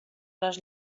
les